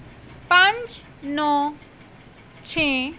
ਪੰਜ ਨੌਂ ਛੇ